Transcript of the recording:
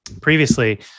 previously